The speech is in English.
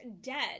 dead